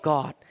God